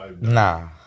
Nah